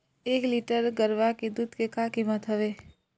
एक लीटर गरवा के दूध के का कीमत हवए?